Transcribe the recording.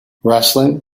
wrestling